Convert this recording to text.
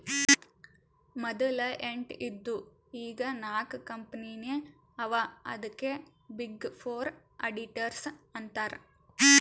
ಮದಲ ಎಂಟ್ ಇದ್ದು ಈಗ್ ನಾಕ್ ಕಂಪನಿನೇ ಅವಾ ಅದ್ಕೆ ಬಿಗ್ ಫೋರ್ ಅಡಿಟರ್ಸ್ ಅಂತಾರ್